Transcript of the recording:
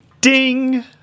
Ding